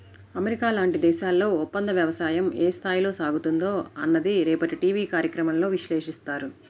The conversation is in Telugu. అమెరికా లాంటి దేశాల్లో ఒప్పందవ్యవసాయం ఏ స్థాయిలో సాగుతుందో అన్నది రేపటి టీవీ కార్యక్రమంలో విశ్లేషిస్తారు